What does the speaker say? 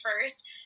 first